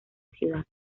ciudad